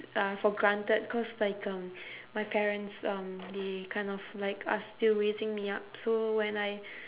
uh for granted because like um my parents um they kind of like are still raising me up so when I